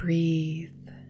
Breathe